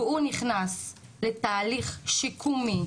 והוא נכנס לתהליך שיקומי